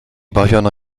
bawiono